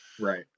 right